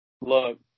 Look